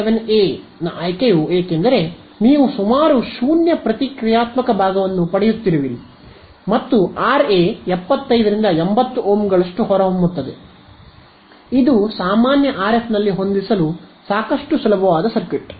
47 a ನ ಆಯ್ಕೆಯು ಏಕೆಂದರೆ ನೀವು ಸುಮಾರು 0 ಪ್ರತಿಕ್ರಿಯಾತ್ಮಕ ಭಾಗವನ್ನು ಪಡೆಯುತ್ತಿರುವಿರಿ ಮತ್ತು ಆರ್ ಎ 75 ರಿಂದ 80 ಓಮ್ಗಳಷ್ಟು ಹೊರಹೊಮ್ಮುತ್ತದೆ ಇದು ಸಾಮಾನ್ಯ ಆರ್ ಎಫ್ ನಲ್ಲಿ ಹೊಂದಿಸಲು ಸಾಕಷ್ಟು ಸುಲಭವಾದ ಸರ್ಕ್ಯೂಟ್